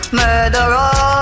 murderer